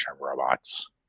robots